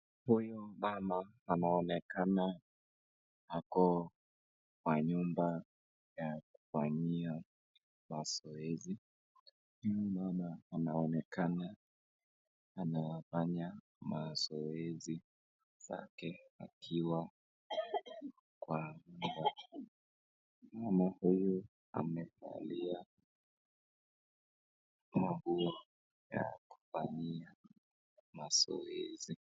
Huyu mama anaonekana ako kwa nyumba ya kufanyia mazoezi. Huyu mama anaonekana anafanya mazoezi zake akiwa kwa nyumba . Mama huyu amevalia manguo ya kufanyia mazoezi.